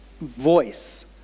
voice